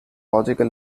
logical